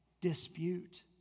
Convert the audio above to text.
dispute